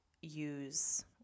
use